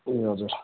ए हजुर